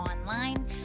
online